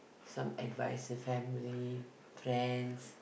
some advice to family friends